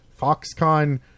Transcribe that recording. Foxconn